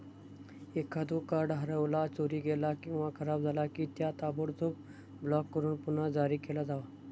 एखादो कार्ड हरवला, चोरीक गेला किंवा खराब झाला की, त्या ताबडतोब ब्लॉक करून पुन्हा जारी केला जावा